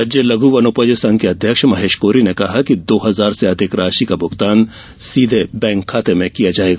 राज्य लघ् वनोपज संघ के अध्यक्ष महेश कोरी ने कहा कि दो हजार से अधिक राशि का भुगतान सीर्ध बैंक खाते में किया जायेगा